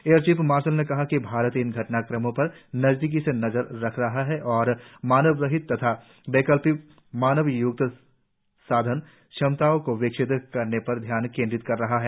air chief marshal ने कहा कि भारत इन घटनाक्रमों पर नजदीकी से नज़र रख रहा है और मानव रहित तथा वैकल्पिक मानव युक्त साधन क्षमताओं को विकसित करने पर ध्यान केंद्रित कर रहा है